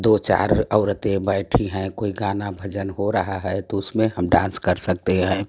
दो चार औरतें बैठी हैं कोई गाना भजन हो रहा है तो उसमें हम डांस कर सकते हैं